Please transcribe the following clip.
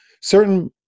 Certain